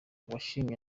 wishimye